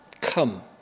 Come